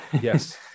yes